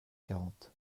quarante